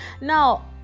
now